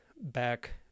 back